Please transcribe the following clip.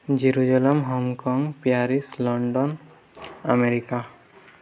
Jerusalem Hong Kong Paris London America